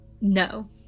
no